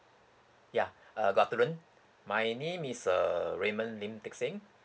ya uh good afternoon my name is uh raymond lin tek sing